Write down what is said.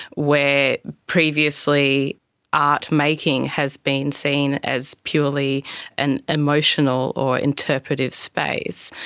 where previously art making has been seen as purely an emotional or interpretive space.